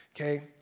Okay